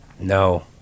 No